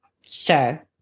Sure